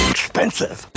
Expensive